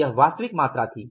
यह वास्तविक मात्रा थी